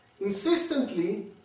insistently